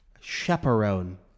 Chaperone